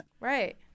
right